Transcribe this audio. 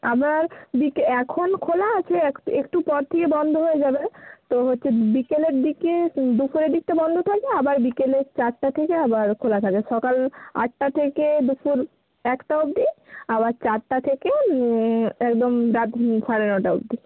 আপনার বিকেল এখন খোলা আছে একটু একটু পর থেকে বন্ধ হয়ে যাবে তো হচ্চে বিকেলের দিকে দুপুরের দিকটা বন্ধ থাকে আবার বিকেলে চারটা থেকে আবার খোলা থাকে সকাল আটটা থেকে দুপুর একটা অবধি আবার চারটা থেকে একদম রাত সাড়ে নটা অবধি